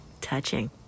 touching